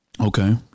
Okay